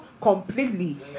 completely